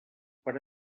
per